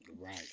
Right